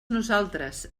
nosaltres